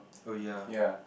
ya